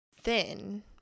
thin